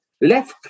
left